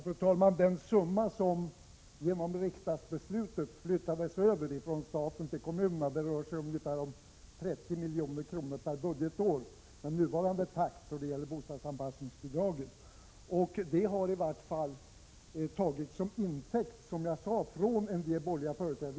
Fru talman! Den summa pengar som genom riksdagsbeslutet flyttas över från staten till kommunerna uppgår med nuvarande takt då det gäller utbetalning av bostadsanpassningsbidrag till omkring 30 milj.kr. per budgetår. Det har, som jag redan sagt, av en del borgerliga företrädare tagits till intäkt för att inte vilja ställa upp från kommunalt håll med de pengar som behövs.